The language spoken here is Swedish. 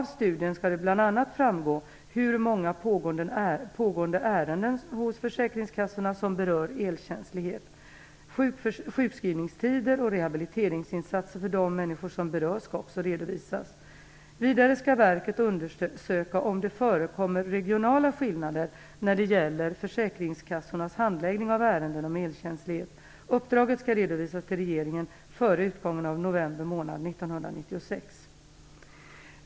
Av studien skall det bl.a. framgå hur många pågående ärenden hos försäkringskassorna som berör elkänslighet. Sjukskrivningstider och rehabiliteringsinsatser för de människor som berörs skall också redovisas. Vidare skall verket undersöka om det förekommer regionala skillnader när det gäller försäkringskassornas handläggning av ärenden om elkänslighet. Uppdraget skall redovisas regeringen före utgången av november månad 1996.